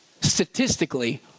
Statistically